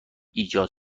ایجاد